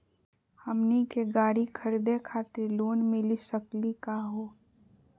हमनी के गाड़ी खरीदै खातिर लोन मिली सकली का हो?